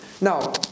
Now